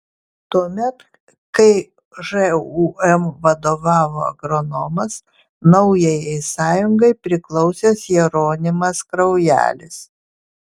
tuomet kai žūm vadovavo agronomas naujajai sąjungai priklausęs jeronimas kraujelis